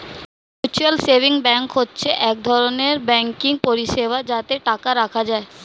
mutual savings bank হচ্ছে এক ধরনের ব্যাঙ্কিং পরিষেবা যাতে টাকা রাখা যায়